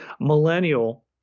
millennial